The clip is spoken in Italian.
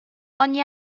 ogni